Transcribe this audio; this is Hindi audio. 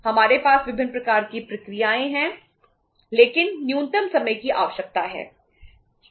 हमारे पास विभिन्न प्रकार की प्रक्रियाएं हैं लेकिन न्यूनतम समय की आवश्यकता है